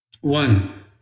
One